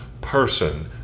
person